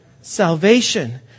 Salvation